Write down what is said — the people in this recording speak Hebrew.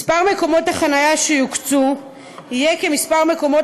מספר מקומות החניה שיוקצו יהיה כמספר מקומות